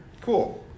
Cool